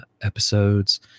episodes